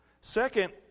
Second